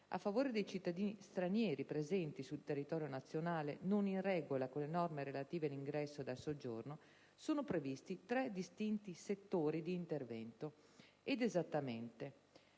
a favore dei cittadini stranieri presenti sul territorio nazionale non in regola con le norme relative all'ingresso e al soggiorno sono previsti tre distinti settori di intervento, ed esattamente: